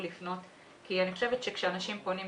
לפנות כי אני חושבת שכאשר אנשים פונים,